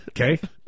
okay